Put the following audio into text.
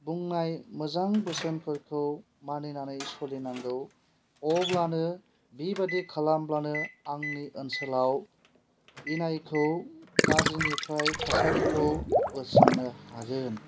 बुंनाय मोजां बोसोनफोरखौ मानिनानै सलिनांगौ अब्लानो बिबायदि खालामब्लानो आंनि ओनसोलाव इनायखौ गाज्रिनिफ्राय थासारिखौ बोस्रांनो हागोन